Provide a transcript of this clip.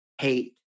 hate